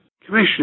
Commissioner